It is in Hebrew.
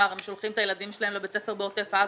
הם שולחים את הילדים שלהם לבית ספר בעוטף עזה,